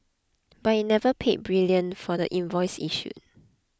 but it never paid brilliant for the invoice issued